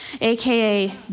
AKA